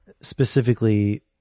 specifically